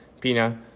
Pina